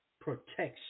protection